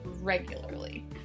regularly